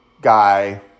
guy